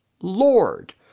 Lord